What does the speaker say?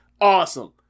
awesome